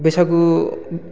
बैसागु